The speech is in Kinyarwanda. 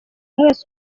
mwese